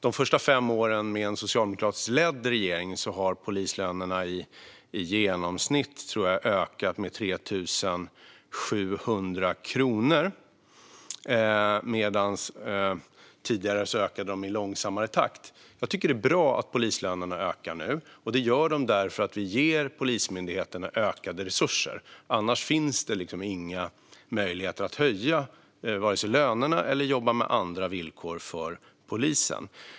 De första fem åren med en socialdemokratiskt ledd regering har polislönerna i genomsnitt ökat med 3 700 kronor, medan de tidigare ökade i långsammare takt. Jag tycker att det är bra att polislönerna nu ökar, och det gör de därför att vi ger polismyndigheterna ökade resurser. Annars finns det inga möjligheter att vare sig höja lönerna eller att jobba med andra villkor för polisen.